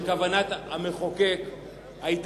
שכוונת המחוקק היתה,